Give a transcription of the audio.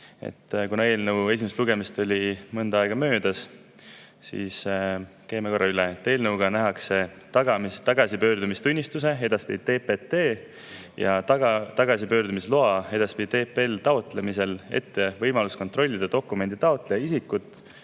Kuna eelnõu esimesest lugemisest on mõnda aega möödas, siis käime korra üle. Eelnõuga nähakse tagasipöördumistunnistuse ehk TPT ja tagasipöördumise loa ehk TPL-i taotlemisel ette võimalus kontrollida dokumendi taotleja isikut